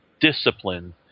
discipline